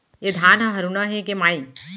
ए धान ह हरूना हे के माई?